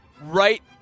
right